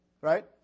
right